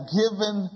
given